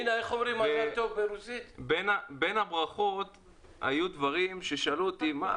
בין הברכות היו ששאלו אותי 'מה,